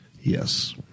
Yes